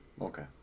Okay